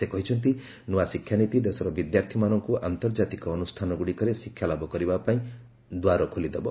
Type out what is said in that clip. ସେ କହିଛନ୍ତି ନୂଆ ଶିକ୍ଷାନୀତି ଦେଶର ବିଦ୍ୟାର୍ଥୀମାନଙ୍କୁ ଆନ୍ତର୍ଜାତିକ ଅନୁଷ୍ଠାନଗୁଡ଼ିକରେ ଶିକ୍ଷାଲାଭ କରିବା ପାଇଁ ଦ୍ୱାର ଖୋଲିଦେବ